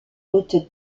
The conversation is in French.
hautes